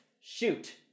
Shoot